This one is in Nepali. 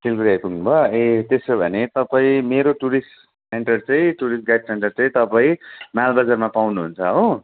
सिलगुडी आइपुग्नुभयो ए त्यसोभने तपाईँ मेरो टुरिस्ट सेन्टर चाहिँ टुरिस्ट गाइड सेन्टर चाहिँ तपाईँ मालबजारमा पाउनु हुन्छ हो